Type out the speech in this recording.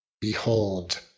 Behold